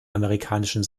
amerikanischen